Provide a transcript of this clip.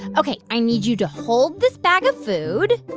ok. i need you to hold this bag of food